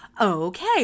okay